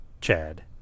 Chad